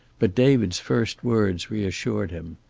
but david's first words reassured him.